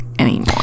anymore